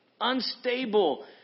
unstable